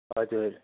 हजुर